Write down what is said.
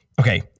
Okay